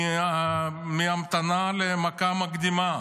מהמתנה למכה מקדימה.